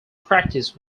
practice